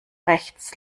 rechts